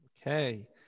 Okay